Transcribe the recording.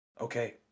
Okay